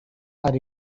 are